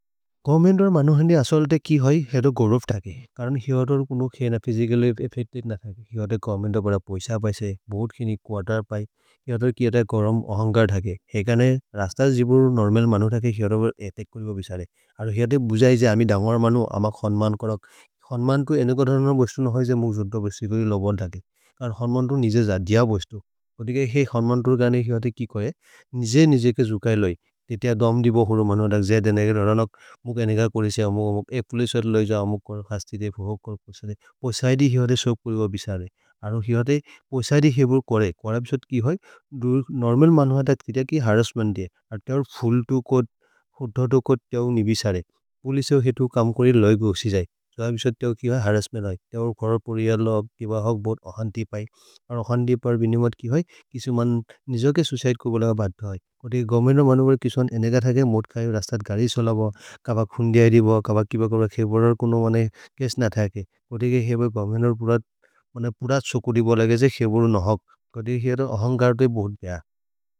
गोवेर्न्मेन्त् और् मनु हेन्दि असल् ते कि है? हेदो गोरव् तके, करन् हिहत और् कुनु खे न फ्य्सिचल् एफ्फेच्तेद् न तके। हिहत गोवेर्न्मेन्त् और् पय्स पैसे, बूत् खिनि, कुअर्तेर् पये। हिहत और् किअत करम् अहन्गर् तके। हेकने रस्तस् जिबुर् नोर्मल् मनु तके, हिहत और् एतेक् कोलि ब बिशरे। अरु हिहत बुजहि जे, अमि दन्गर् मनु, अमक् होन्मन् करक्। होन्मन् को एनो क धरम् न बस्तु नहोइ जे, मुक् जोद्द बस्ति। तो हि लबन् तके। कर् होन्मन् तो निजे ज दिय बस्तु। ओदिगे हे होन्मन् तोर् गनि हिहत कि कोइ? निजे निजे के जुक इलोइ। ते तेय दम् दिबो होलो मनु तके। जे देनगर्, अरनक् मुक देनगर् कोरेसे। एक् पोलिचे और् लोइ जो, अमक् करक्, खस्ति ते, फोहक् करक्। पोसेइधि हिहत सोप् करो ब बिशरे। अरु हिहत पोसेइधि जिबुर् कोरे। कोर बिशोद् कि होइ? नोर्मल् मनु तके, ते तके हरस्स्मेन्त् दे। और् ते और् फूल् तो कोद्। कोद् धोधो तो कोद्, ते और् नि बिशरे। पोलिचे और् हेतु कम् करि लोइ गोसि जै। सो अबिशोद् ते और् कि होइ? हरस्स्मेन्त् होइ। ते और् कोर परियर् लोब्, के ब होग् बूत्, अहन्ति पये। और् अहन्ति पर् बिनिमोद् कि होइ? किसि मनु, निजो के सुइचिदे को बोलेग बत होइ। कोति के गव्मेन मनु भै किसोन् एनेग थके। मोद् काये, रस्तत् गरि सोलब। कब खुन् दिय हिरिब। कब किब कब खेपर। कुन मने, केश् न थाके। कोति के हे भै गव्मेन पुर, मने पुर छोकोदि बोलगे जे खेपर नहक्। कोति के हिहत अहन्कार् तोहि बोलेग।